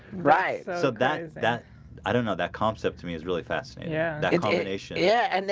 right so that that i don't know that concept to me is really fascinating yeah combination. yeah, and